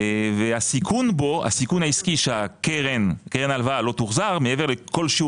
הסיכון העסקי שקרן ההלוואה לא תוחזר מעבר לכל שיעור